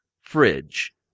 Fridge